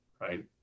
right